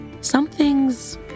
something's